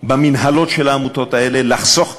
במינהלות של העמותות האלה, לחסוך כסף,